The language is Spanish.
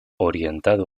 orientado